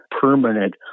permanent